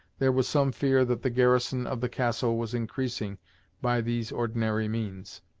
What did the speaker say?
there was some fear that the garrison of the castle was increasing by these ordinary means.